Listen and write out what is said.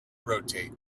rotate